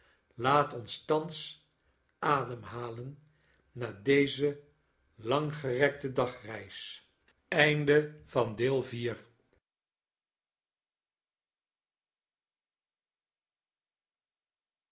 laat ons thans ademhalen na deze langgerekte dagreis